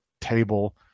table